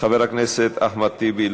חבר הכנסת אחמד טיבי,